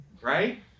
right